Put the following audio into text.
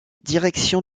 direction